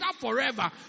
forever